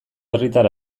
herritar